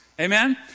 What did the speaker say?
Amen